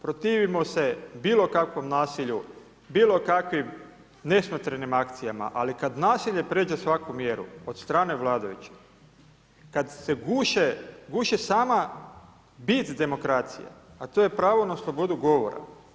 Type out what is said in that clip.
Protivimo se bilokakvom nasilju, bilo kakvim nesmotrenim akcijama, ali kada nasilje pređe svaku mjeru od strane vladajućih kada se guše sama bit demokracije, a to je pravo na slobodu govora.